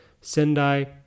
Sendai